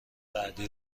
بعدی